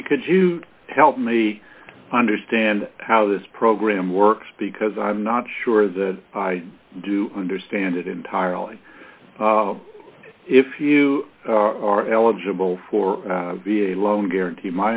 and we could you help me understand how this program works because i'm not sure that i do understand it entirely if you are eligible for a v a loan guarantee